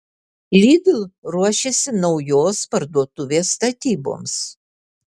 lidl ruošiasi naujos parduotuvės statyboms